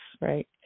right